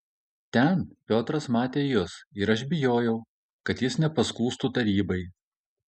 ten piotras matė jus ir aš bijojau kad jis nepaskųstų tarybai